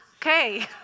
Okay